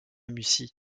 mussy